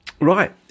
Right